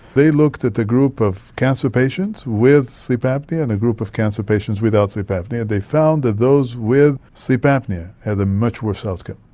they looked at a group of cancer patients with sleep apnoea and a group of cancer patients without sleep apnoea. they found that those with sleep apnoea had a much worse outcome,